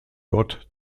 gott